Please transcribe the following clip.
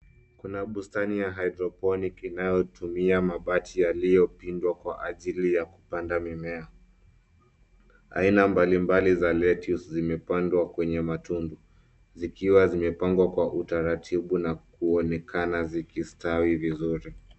Kuna bustani ya hydroponic unaotumia mabati yaliopindwa kwa ajili ya kupanda mimea. Aina mbalimbali za lettuce zimepandwa kwenye matundu, zikiwa zimepangwa kwa utaratibu, na kuonekana zikistawi vizuri.